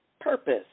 Purpose